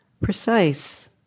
precise